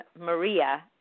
Maria